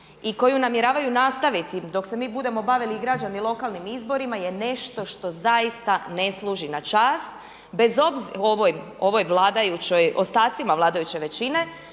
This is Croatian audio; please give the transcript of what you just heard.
i koju namjeravaju nastaviti dok se mi budemo bavili i građani lokalnim izborima je nešto što zaista ne služi na čast ovoj vladajućoj, ostacima vladajuće većine,